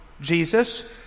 Jesus